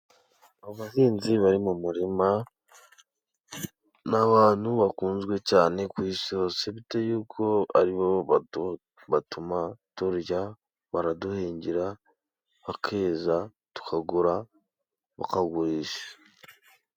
Abahinzi bari mu murima ni abantu bakunzwe cyane ku isi hose bitewe n'uko aribo batuma turya baraduhingira, bakeza tukagura ,bakagurisha.